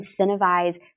incentivize